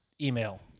email